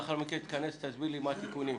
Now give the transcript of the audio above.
לאחר מכן תסביר לי מה התיקונים.